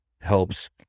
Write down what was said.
helps